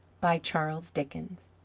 by charles dickens